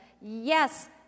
Yes